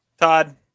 Todd